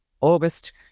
August